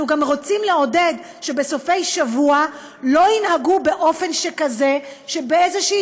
אנחנו גם רוצים לעודד שבסופי שבוע לא ינהגו באופן כזה שבאיזושהי